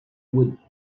would